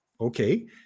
okay